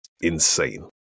insane